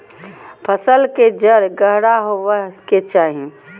फसल के जड़ गहरा होबय के चाही